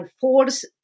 force